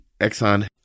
Exxon